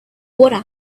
water